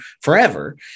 forever